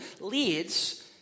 leads